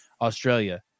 Australia